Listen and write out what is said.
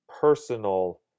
personal